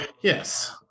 yes